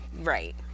Right